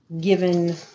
given